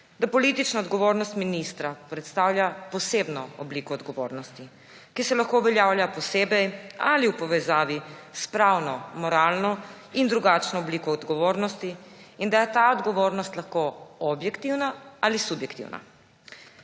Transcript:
da politična odgovornost ministra predstavlja posebno obliko odgovornosti, ki se lahko uveljavlja posebej ali v povezavi s pravno, moralno in drugačno obliko odgovornosti, in da je ta odgovornost lahko objektivna ali subjektivna.